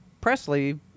Presley